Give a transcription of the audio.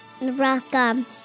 Nebraska